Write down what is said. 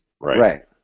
Right